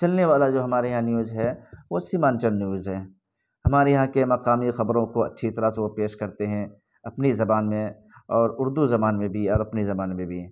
چلنے والا جو ہمارے یہاں نیوز ہے وہ سیمانچل نیوز ہے ہمارے یہاں کے مقامی خبروں کو اچھی طرح سے وہ پیش کرتے ہیں اپنی زبان میں اور اردو زبان میں بھی اور اپنی زبان میں بھی